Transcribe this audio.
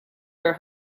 her